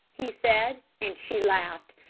he said, and she laughed.